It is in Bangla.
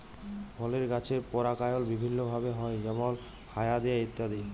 ফলের গাছের পরাগায়ল বিভিল্য ভাবে হ্যয় যেমল হায়া দিয়ে ইত্যাদি